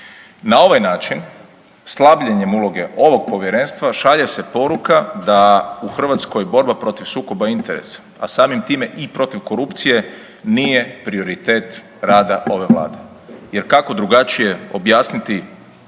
Na ovaj način slabljenjem uloge ovog povjerenstva šalje se poruka da u Hrvatskoj borba protiv sukoba interesa, a samim time i protiv korupcije nije prioritet rada ove Vlade, jer kako drugačije objasniti